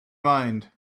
mind